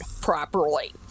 properly